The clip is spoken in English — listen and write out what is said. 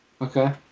okay